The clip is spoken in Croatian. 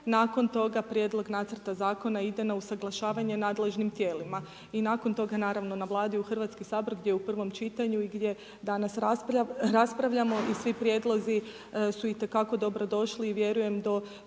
Nakon toga Prijedlog nacrta zakona ide na usuglašavanje nadležnim tijelima i nakon toga naravno na Vladi u Hrvatski sabor gdje u prvom čitanju i gdje danas raspravljamo i svi prijedlozi su itekako dobro došli i vjerujem do